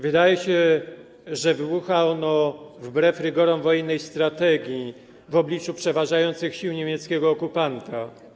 Wydaje się, że wybucha ono wbrew rygorom wojennej strategii, w obliczu przeważających sił niemieckiego okupanta.